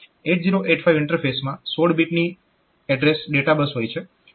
8085 ઈન્ટરફેસમાં 16 બીટની address data bus હોય છે